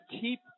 keep